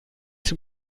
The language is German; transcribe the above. zum